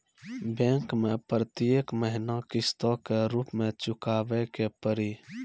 Bank मैं प्रेतियेक महीना किस्तो के रूप मे चुकाबै के पड़ी?